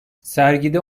sergide